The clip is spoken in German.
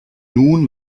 nun